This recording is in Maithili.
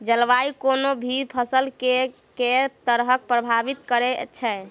जलवायु कोनो भी फसल केँ के तरहे प्रभावित करै छै?